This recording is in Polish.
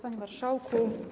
Panie Marszałku!